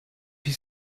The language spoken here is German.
wie